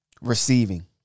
Receiving